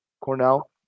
Cornell